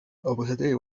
ambasaderi